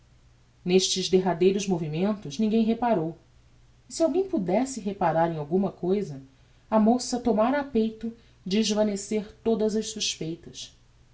nestes derradeiros movimentos ninguem reparou e se alguem pudesse reparar em alguma cousa a moça tomara a peito desvanecer todas as suspeitas